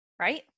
Right